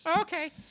Okay